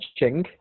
watching